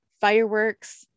fireworks